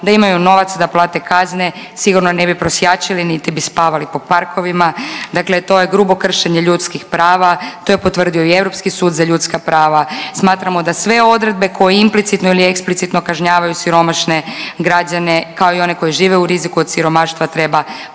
da imaju novaca da plate kazne sigurno ne bi prosjačili niti bi spavali po parkovima, dakle to je grubo kršenje ljudskih prava, to je potvrdio i Europski sud za ljudska prava, smatramo da sve odredbe koje implicitno ili eksplicitno kažnjavaju siromašne građane, kao i one koji žive u riziku od siromaštva, treba pod hitno